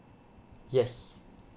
yes